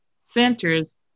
centers